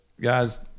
guys